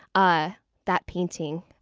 ah that painting.